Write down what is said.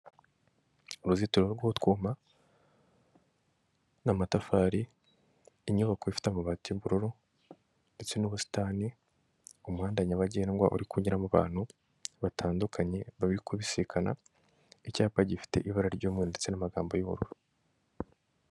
Uruzitiro rw'utwuma n'amatafari inyubako ifite amabati y'ubururu ndetse n'ubusitani umuhanda nyabagendwa uri kunyuramo abantu batandukanye barikubisikana icyapa gifite ibara ry'umweru ndetse n'amagambo y'ubururu.